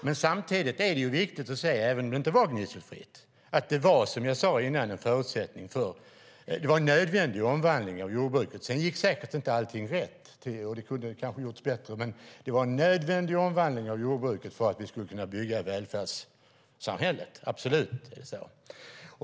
Men samtidigt är det viktigt att inse att omvandlingen av jordbruket var nödvändig, även om den inte var gnisselfri. Säkert gick inte allting rätt, och den kunde kanske ha gjorts bättre, men omvandlingen av jordbruket var absolut nödvändig för att vi skulle kunna bygga välfärdssamhället.